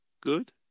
good